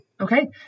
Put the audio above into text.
Okay